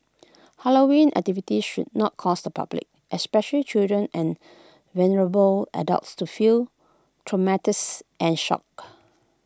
Halloween activities should not cause the public especially children and vulnerable adults to feel traumatise and shock